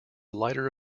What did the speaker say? lighter